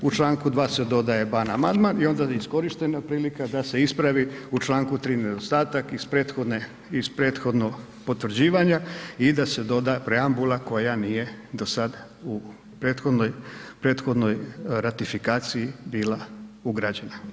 U čl. 2 se dodaje ban amandman i onda iskorištena prilika da se ispravi u čl. 3 nedostatak iz prethodnog potvrđivanja i da se doda preambula koja nije do sad u prethodnoj ratifikaciji bila ugrađena.